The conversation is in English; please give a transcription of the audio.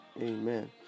Amen